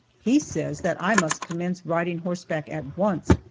he says that i must commence riding horseback at once,